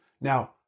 Now